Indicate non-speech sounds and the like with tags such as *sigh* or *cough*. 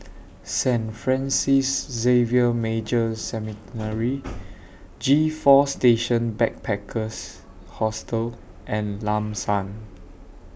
Saint Francis Xavier Major Seminary *noise* G four Station Backpackers Hostel and Lam San